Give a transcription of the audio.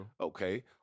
Okay